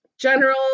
General